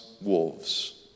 wolves